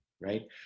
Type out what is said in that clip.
right